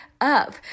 up